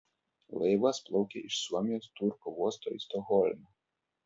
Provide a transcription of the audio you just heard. laivas plaukė iš suomijos turku uosto į stokholmą